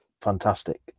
fantastic